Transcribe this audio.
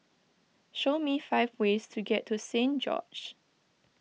show me five ways to get to Saint George's